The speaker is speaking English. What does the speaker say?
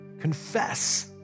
confess